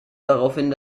daraufhin